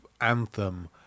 Anthem